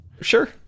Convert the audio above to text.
sure